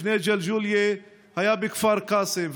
לפני ג'לג'וליה היה בכפר קאסם,